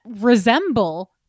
resemble